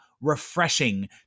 refreshing